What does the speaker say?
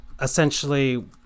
essentially